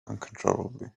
uncontrollably